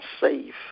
safe